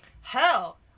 hell